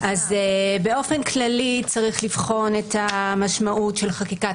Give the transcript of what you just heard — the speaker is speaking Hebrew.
באופן כללי צריך לבחון את המשמעות של חקיקת